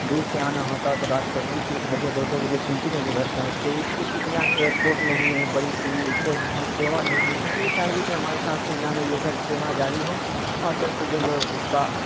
دور سے آنا ہوتا تو رات کو ایک ایک بجے دو دو بجے تین تین بجے گھر پہنچتے اس کے لیے کہ یہاں ائیرپورٹ نہیں ہے بڑی سی کوئی ہے سیوا نہیں ہے تو یہ چاہیے کہ ہمارے سہرسہ ضلع میں یہ سب سیوا جاری ہوں اور جلد سے جو لوگ اس کا